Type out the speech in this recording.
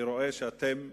אני רואה שאתם עקביים,